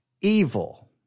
evil